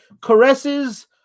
caresses